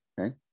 okay